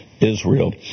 Israel